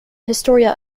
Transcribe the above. historia